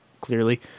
clearly